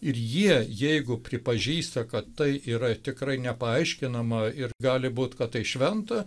ir jie jeigu pripažįsta kad tai yra tikrai nepaaiškinama ir gali būt kad tai šventa